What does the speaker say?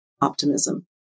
optimism